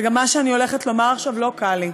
וגם מה שאני הולכת לומר עכשיו לא קל לי: